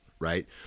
Right